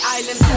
Island